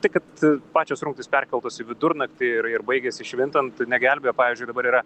tai kad pačios rungtys perkeltos į vidurnaktį ir ir baigiasi švintant negelbėja pavyzdžiui dabar yra